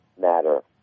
matter